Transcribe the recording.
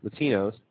Latinos